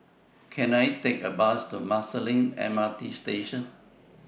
Can I Take A Bus to Marsiling M R T Station